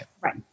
Right